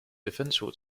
eventual